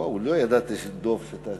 וואו, לא ידעתי, דב, שאתה